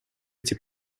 эти